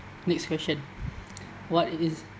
next question what is